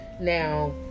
now